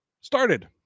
started